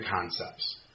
concepts